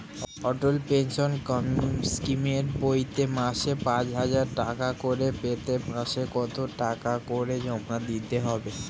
অটল pension স্কিমের বইতে মাসে পাঁচ হাজার টাকা করে পেতে মাসে কত টাকা করে জমা দিতে হবে?